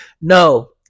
No